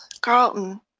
Carlton